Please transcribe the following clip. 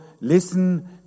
listen